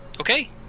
okay